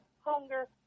hunger